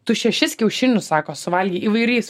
tu šešis kiaušinius sako suvalgei įvairiais